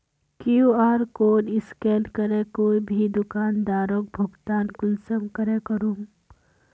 QR code scan करे कोई भी दुकानदारोक भुगतान कुंसम करे करूम?